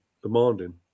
Demanding